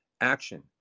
action